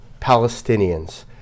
Palestinians